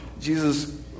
Jesus